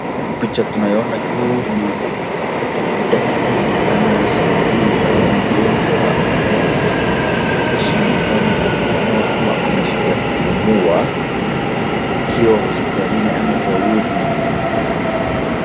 Picha tunayoona juu ni daktari anayesaidia magonjwa ambaye ameshindikana kupumua akiwa hospitalini ama kwa ward .